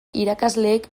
irakasleek